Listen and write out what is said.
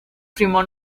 primo